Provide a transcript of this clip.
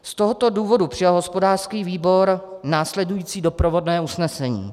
Z tohoto důvodu přijal hospodářský výbor následující doprovodné usnesení: